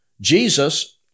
Jesus